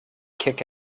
kick